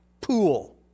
pool